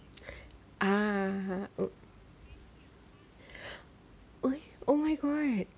ah oh oh my god